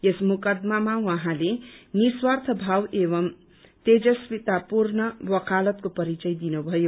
यस मुकदमामा उहाँले निस्वार्थ भाव एवं तेजस्वीतापूर्ण वकालतको परिचय दिनुभयो